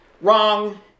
wrong